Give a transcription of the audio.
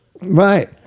Right